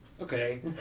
Okay